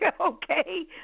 okay